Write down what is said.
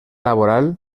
laboral